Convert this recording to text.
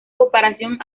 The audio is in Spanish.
comparación